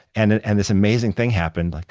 and and and this amazing thing happened. like